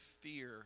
fear